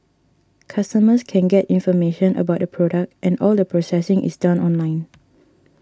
customers can get information about the product and all the processing is done online